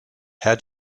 how